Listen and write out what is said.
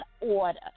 order